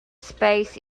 space